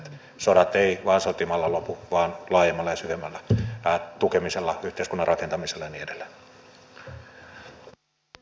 sodat eivät vain sotimalla lopu vaan laajemmalla ja syvemmällä tukemisella yhteiskunnan rakentamisella ja niin edelleen